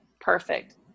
Perfect